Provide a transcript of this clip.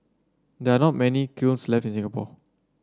there are not many kilns left in Singapore